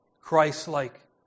Christ-like